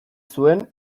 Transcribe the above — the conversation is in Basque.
zuen